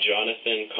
Jonathan